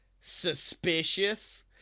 suspicious